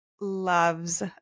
loves